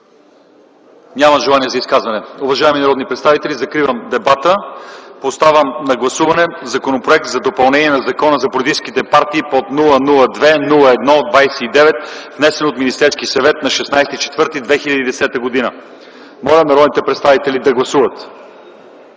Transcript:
Няма. Желание за изказвания? Няма. Уважаеми народни представители, закривам дебата. Поставям на гласуване Законопроект за допълнение на Закона за политическите партии под № 002-01-29, внесен от Министерски съвет на 16.04.2010 г. Моля, народните представители да гласуват.